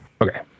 Okay